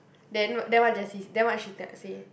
then what then what Jessie then what she te~ say